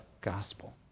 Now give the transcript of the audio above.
gospel